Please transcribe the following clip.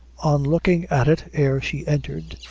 on looking at it ere she entered,